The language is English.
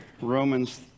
Romans